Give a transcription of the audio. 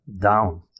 down